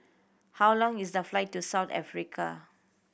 how long is the flight to South Africa